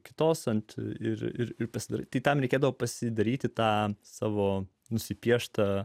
kitos ant ir pasirengti tam reikėdavo pasidaryti tą savo nusipieštą